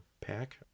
pack